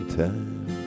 time